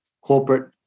corporate